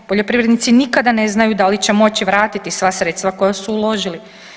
Poljoprivrednici nikada ne znaju da li će moći vratiti sva sredstva koja su uložili.